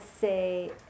say